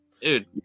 dude